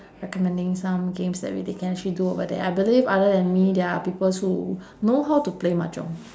recommending some games that really can actually do over there I believe other than me there are peoples who know how to play mahjong